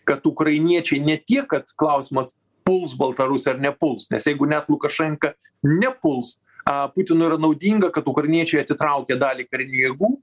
kad ukrainiečiai ne tiek kad klausimas puls baltarusija ar nepuls nes jeigu net lukašenka nepuls a putinui yra naudinga kad ukrainiečiai atitraukė dalį karinių jėgų